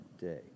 day